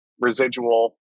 residual